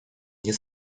nie